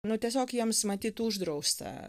nu tiesiog jiems matyt uždrausta